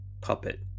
puppet